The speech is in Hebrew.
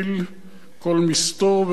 כל מסתור וכל משעול.